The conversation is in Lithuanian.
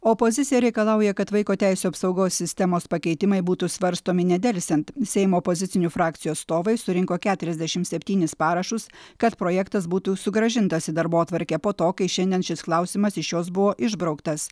opozicija reikalauja kad vaiko teisių apsaugos sistemos pakeitimai būtų svarstomi nedelsiant seimo opozicinių frakcijų atstovai surinko keturiasdešim septynis parašus kad projektas būtų sugrąžintas į darbotvarkę po to kai šiandien šis klausimas iš jos buvo išbrauktas